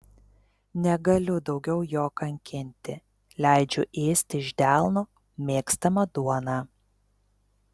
negaliu daugiau jo kankinti leidžiu ėsti iš delno mėgstamą duoną